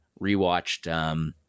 rewatched